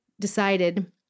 decided